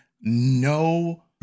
no